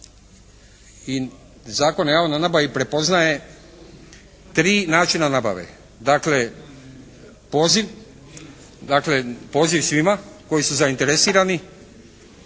i Zakon o javnoj nabavi prepoznaje tri načina nabave. Dakle, poziv svima koji su zainteresirani,